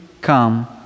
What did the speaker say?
come